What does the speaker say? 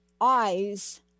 eyes